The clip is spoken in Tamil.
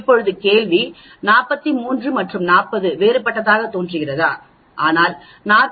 இப்போது கேள்வி 43 மற்றும் 40 வேறுபட்டதாகத் தோன்றுகிறது ஆனால் 40